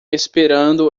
esperando